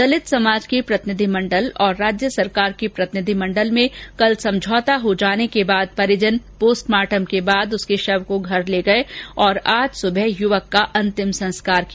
दलित समाज के प्रतिनिधि मंडल और राज्य सरकार के प्रतिनिधि मंडल में कल समझौता हो जाने के बाद परिजन पोस्टमार्टम के बाद शव घर ले गये और सुबह परिजनों ने युवक का अंतिम संस्कार किया